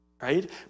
right